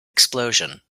explosion